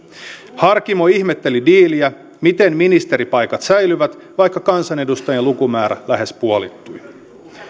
harkimo ihmetteli diiliä miten ministeripaikat säilyvät vaikka kansanedustajien lukumäärä lähes puolittui